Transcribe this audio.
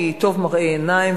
כי טוב מראה עיניים,